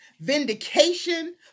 vindication